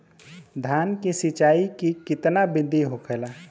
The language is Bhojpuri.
धान की सिंचाई की कितना बिदी होखेला?